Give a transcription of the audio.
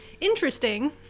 interesting